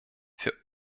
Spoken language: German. für